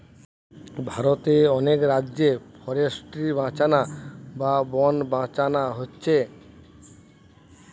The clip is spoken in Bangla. ভারতের অনেক রাজ্যে ফরেস্ট্রি বাঁচানা বা বন বাঁচানা হচ্ছে